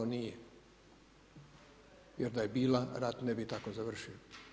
Nije jer da je bila rat ne bi tako završio.